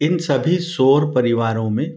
इन सभी सौर परिवारों में